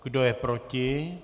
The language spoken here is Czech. Kdo je proti?